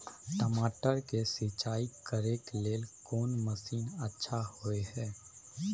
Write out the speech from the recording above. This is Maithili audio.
टमाटर के सिंचाई करे के लेल कोन मसीन अच्छा होय है